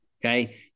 okay